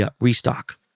restock